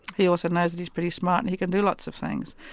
he also knows that he's pretty smart and he can do lots of things.